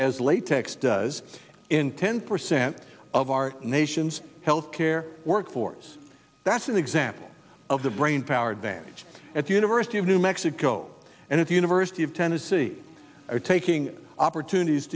as latex does in ten percent of our nation's healthcare workforce that's an example of the brain power advantage at the university of new mexico and at the university of tennessee are taking opportunities